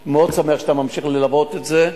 אני מאוד שמח שאתה ממשיך ללוות את זה.